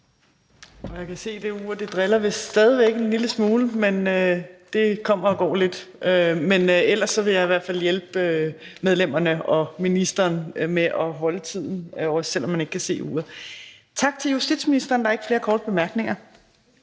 Jeg kan se, at det ur vist stadig væk driller en lille smule – det kommer og går lidt. Men jeg vil i hvert fald hjælpe medlemmerne og ministeren med at holde tiden, hvis man ikke kan se uret. Tak til justitsministeren. Der er ikke flere korte bemærkninger.